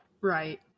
right